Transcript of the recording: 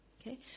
Okay